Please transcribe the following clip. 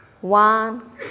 one